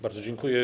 Bardzo dziękuję.